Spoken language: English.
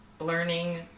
learning